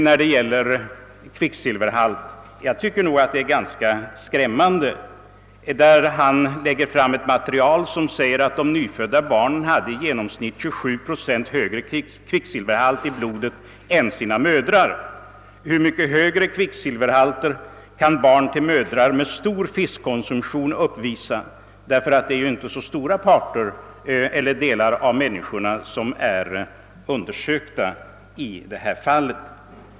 Jag tycker att det material han lägger fram är ganska skrämmande. Av det framgår att de nyfödda barnen i genomsnitt har 27 procent högre kvicksilverhalt i blodet än sina mödrar. Hur mycket högre kvicksilverhalt kan då barn till mödrar med stor fiskkonsumtion uppvisa? Man har ju hittills inte undersökt så många av vårt lands invånare i detta avseende.